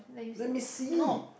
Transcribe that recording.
let me see